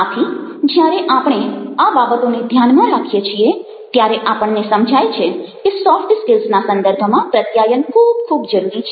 આથી જયારે આપણે આ બાબતોને ધ્યાનમાં રાખીએ છીએ ત્યારે આપણને સમજાય છે કે સોફ્ટ સ્કિલ્સના સંદર્ભમાં પ્રત્યાયન ખૂબ ખૂબ જરૂરી છે